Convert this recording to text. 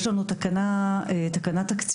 יש לנו תקנה תקציבית,